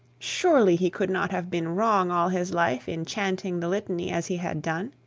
surely he could not have been wrong all his life in chanting the litany as he had done!